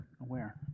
aware